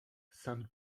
sainte